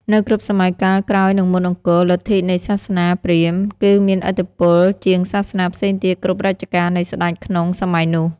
នៅគ្រប់់សម័យកាលក្រោយនិងមុនអង្គរលទ្ធិនៃសាសនាព្រាហ្មណ៍គឺមានឥទ្ធិពលជាងសាសនាផ្សេងទៀតគ្រប់រជ្ជកាលនៃស្តេចក្នុងសម័យនោះ។